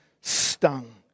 stung